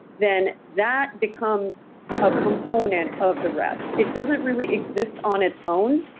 then that becomes a component of the rest. it doesn't really exist on its own.